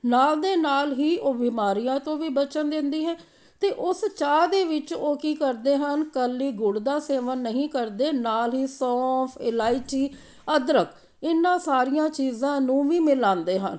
ਨਾਲ ਦੇ ਨਾਲ ਹੀ ਉਹ ਬਿਮਾਰੀਆਂ ਤੋਂ ਵੀ ਬਚਣ ਦਿੰਦੀ ਹੈ ਅਤੇ ਉਸ ਚਾਹ ਦੇ ਵਿੱਚ ਉਹ ਕੀ ਕਰਦੇ ਹਨ ਇਕੱਲੀ ਗੁੜ ਦਾ ਸੇਵਨ ਨਹੀਂ ਕਰਦੇ ਨਾਲ ਹੀ ਸੌਂਫ ਇਲਾਇਚੀ ਅਦਰਕ ਇਹਨਾਂ ਸਾਰੀਆਂ ਚੀਜ਼ਾਂ ਨੂੰ ਵੀ ਮਿਲਾਉਂਦੇ ਹਨ